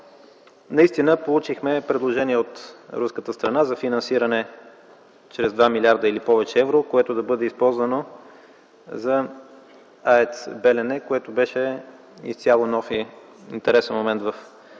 Наистина получихме предложение от руската страна за финансиране чрез 2 милиарда или повече евро, което да бъде използвано за АЕЦ „Белене”, което беше изцяло нов и интересен момент в разговорите